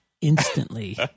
instantly